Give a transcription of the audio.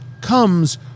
comes